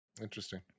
interesting